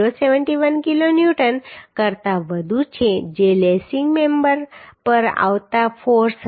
071 kilonewton કરતાં વધુ છે જે લેસિંગ મેમ્બર પર આવતા ફોર્સ હતા